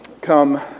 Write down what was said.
Come